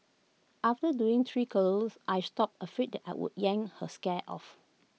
after doing three curlers I stopped afraid that I would yank her scare off